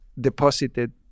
deposited